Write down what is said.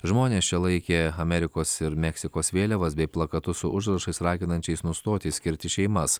žmonės čia laikė amerikos ir meksikos vėliavas bei plakatus su užrašais raginančiais nustoti išskirti šeimas